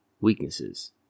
weaknesses